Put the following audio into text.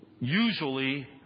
Usually